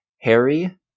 Harry